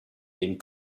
den